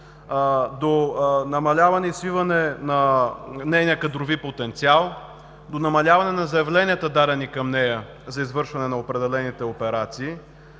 до намаляване и свиване на нейния кадрови потенциал, до намаляване на заявленията, дадени към нея за извършване на определените операции.